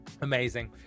Amazing